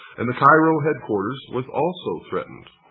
and thecairo headquarters was also threatened.